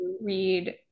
read